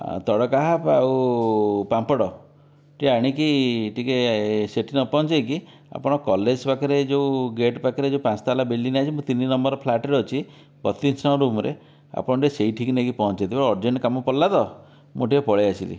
ଆଉ ତଡ଼କା ହାଫ୍ ଆଉ ପାମ୍ପଡ଼ ଟିକେ ଆଣିକି ଟିକେ ସେହିଠି ନ ପହଞ୍ଚାଇକି ଆପଣ କଲେଜ ପାଖରେ ଏହି ଯେଉଁ ଗେଟ୍ ପାଖରେ ଯେଉଁ ପାଞ୍ଚ ତାଲା ବିଲଡିଙ୍ଗ ଅଛି ତିନି ନମ୍ବର ଫ୍ଲାଟ୍ରେ ଅଛି ପଚିଶ ନମ୍ବର ରୁମ୍ରେ ଆପଣ ଟିକେ ସେହିଠିକି ନେଇକି ପହଞ୍ଚାଇ ଦେବେ ଅରଜେଣ୍ଟ କାମ ପଡ଼ିଲା ତ ମୁଁ ଟିକେ ପଳାଇ ଆସିଲି